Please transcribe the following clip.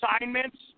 assignments